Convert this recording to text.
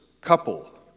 couple